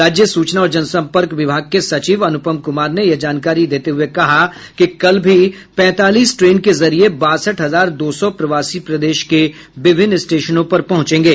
राज्य सूचना और जनसम्पर्क विभाग के सचिव अनुपम कुमार ने यह जानकारी देते हुये कहा कि कल भी पैंतालीस ट्रेन के जरिये बासठ हजार दो सौ प्रवासी प्रदेश के विभिन्न स्टेशनों पर पहुंचेंगे